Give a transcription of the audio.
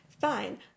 Fine